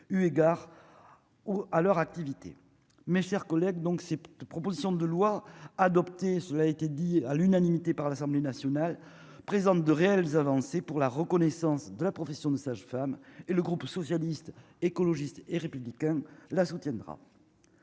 eu égard ou à leur activité, mes chers collègues, donc ces 2 propositions de loi adoptée, cela a été dit à l'unanimité par l'Assemblée nationale présente de réelles avancées pour la reconnaissance de la profession de sage-femme et le groupe socialiste, écologiste et républicain la soutiendra,